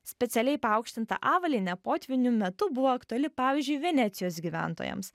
specialiai paaukštinta avalynė potvynių metu buvo aktuali pavyzdžiui venecijos gyventojams